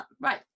Right